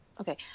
Okay